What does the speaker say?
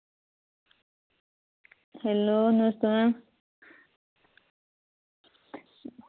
hello नमस्ते ma'am